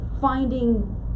finding